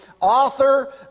author